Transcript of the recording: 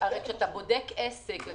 כשאתה בודק עסק,